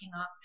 up